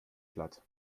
platt